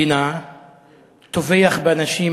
מדינה וטובח באנשים,